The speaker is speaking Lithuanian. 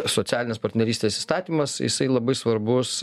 socialinės partnerystės įstatymas jisai labai svarbus